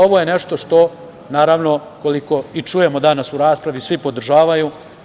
Ovo je nešto što, naravno, koliko i čujemo danas u raspravi, svi podržavaju.